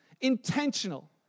Intentional